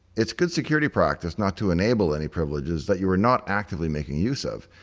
it's good security practice not to enable any privileges that you are not actively making use of,